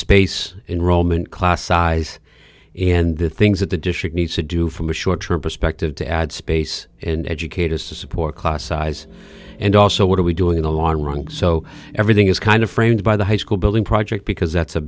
space in rome and class size and the things that the district needs to do from a short term perspective to add space and educators to support class size and also what are we doing in the long run so everything is kind of framed by the high school building project because that's a